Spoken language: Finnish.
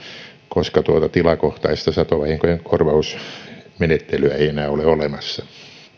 koska tilakohtaista satovahinkojen korvausmenettelyä ei ei enää ole olemassa